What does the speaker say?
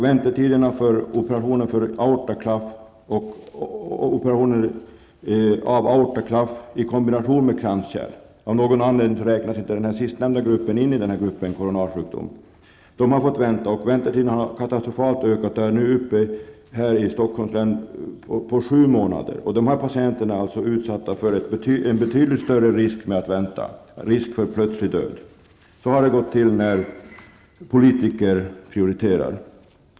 Väntetiderna för operationer av aortaklaff i kombination med kranskärl -- av någon anledning räknas den sistnämnda gruppen inte in i gruppen koronalsjukdom -- har ökat katastrofalt och är nu uppe i 7 månader här i Stockholm. De patienterna är utsatta för en betydligt större risk med att vänta, en risk för plötslig död. -- Så har det gått till när politiker har prioriterat.